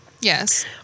Yes